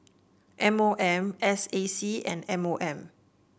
M O M S A C and M O M